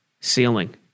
ceiling